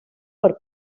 per